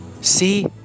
see